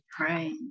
Right